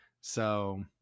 So-